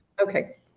Okay